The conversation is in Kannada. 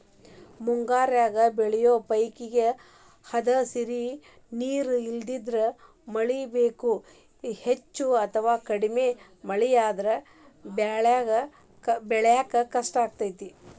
ಮುಂಗಾರ್ಯಾಗ ಬೆಳಿಯೋ ಪೇಕೇಗೆ ಹದಸಿರಿ ನೇರ ಇಲ್ಲಂದ್ರ ಮಳಿ ಬೇಕು, ಹೆಚ್ಚ ಅಥವಾ ಕಡಿಮೆ ಮಳೆಯಾದ್ರೂ ಬೆಳ್ಯಾಕ ಕಷ್ಟಾಗ್ತೇತಿ